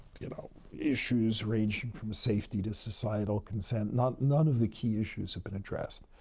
you know, issues ranging from safety to societal consent. not none of the key issues have been addressed.